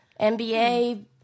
NBA